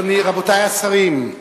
רבותי השרים,